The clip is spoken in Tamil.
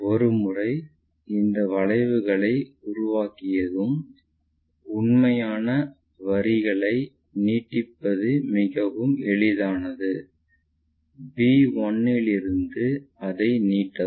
ஒரு முறை இந்த வளைவுகளை உருவாக்கியதும் உண்மையான வரிகளை நீட்டிப்பது மிகவும் எளிதானது b 1 இலிருந்து அதை நீட்டவும்